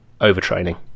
overtraining